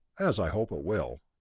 as i hope it will.